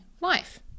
life